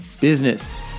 business